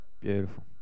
Beautiful